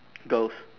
girls